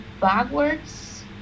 backwards